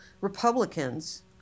Republicans